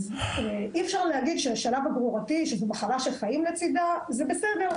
אז אפשר להגיד שהשלב הגרורתי שזו מחלה שחיים לצידה זה בסדר,